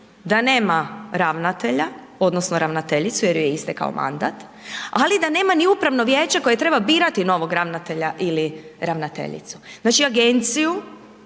da nema ravnatelja odnosno ravnateljicu jer joj je istekao mandat, ali da nema ni upravno vijeće koje treba birati novog ravnatelja ili ravnateljicu. Znači, agenciju